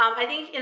um i think, and